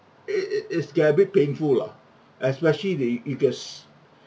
it it is get a bit painful lah especially they it gets